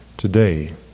Today